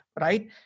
right